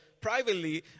privately